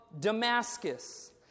Damascus